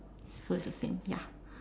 so it is the same ya